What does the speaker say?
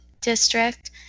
district